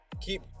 keep